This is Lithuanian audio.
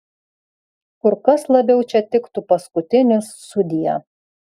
kur kas labiau čia tiktų paskutinis sudie